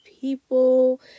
people